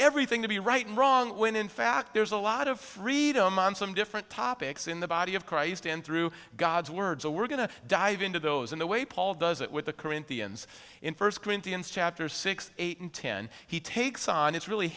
everything to be right and wrong when in fact there's a lot of freedom on some different topics in the body of christ and through god's word so we're going to dive into those in the way paul does it with the corinthians in first corinthians chapter six eight and ten he takes on it's really